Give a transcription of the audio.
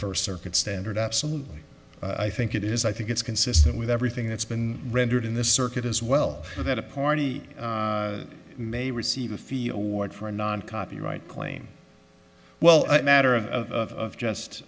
first circuit standard absolutely i think it is i think it's consistent with everything that's been rendered in this circuit as well that a party may receive a feel what for a non copyright claim well a matter of just